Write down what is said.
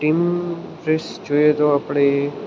team race જોઈએ તો આપણે